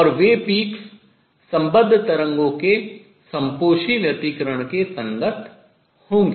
और वे peaks शिखर सम्बद्ध तरंगों के सम्पोषी व्यतिकरण के संगत होंगी